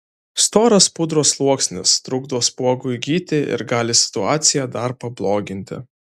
storas pudros sluoksnis trukdo spuogui gyti ir gali situaciją dar pabloginti